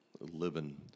living